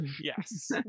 Yes